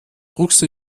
druckste